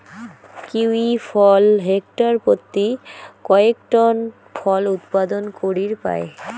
kiwi ফল hectare পত্যি কয়েক টন ফল উৎপাদন করির পায়